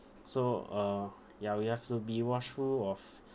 so uh ya we have to be watchful of